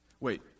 Wait